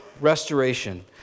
restoration